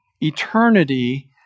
eternity